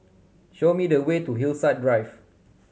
show me the way to Hillside Drive